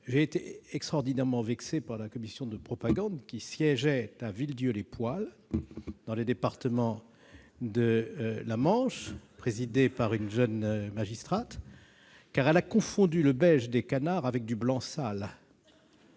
j'ai été extraordinairement vexé que la commission de propagande, qui siège à Villedieu-les-Poêles dans le département de la Manche et qui était présidée par une jeune magistrate, confonde le beige des canards avec du blanc sale.